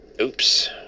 Oops